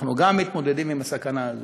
גם אנחנו מתמודדים עם הסכנה הזאת,